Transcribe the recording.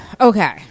okay